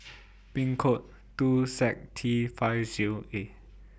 Pin code two Z T five Zero A